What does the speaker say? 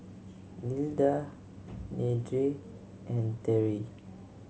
Nilda Deidre and Terrie